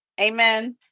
Amen